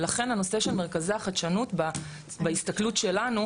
ולכן הנושא של מרכזי החדשנות בהסתכלות שלנו,